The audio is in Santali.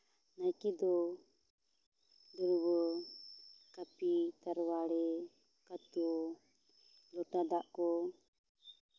ᱱᱟᱭᱠᱮ ᱫᱚ ᱫᱟᱹᱣᱲᱟᱹ ᱠᱟᱹᱯᱤ ᱛᱟᱲᱣᱟᱲᱤ ᱠᱟᱹᱛᱩ ᱞᱚᱴᱟ ᱫᱟᱜ ᱠᱚ